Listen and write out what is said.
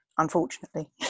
unfortunately